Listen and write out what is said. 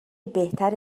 بهتر